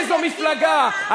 איזו מפלגה.